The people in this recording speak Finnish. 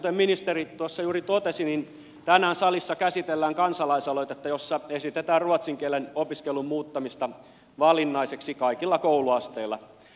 kuten ministeri juuri totesi tänään salissa käsitellään kansalaisaloitetta jossa esitetään ruotsin kielen opiskelun muuttamista valinnaiseksi kaikilla kouluasteilla